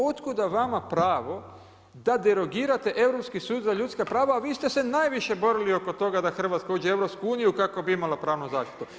Otkuda vama pravo da derogirate Europski sud za ljudska prava a vi ste se najviše borili oko toga da Hrvatska uđe u EU kako bi imala pravnu zaštitu.